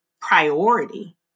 priority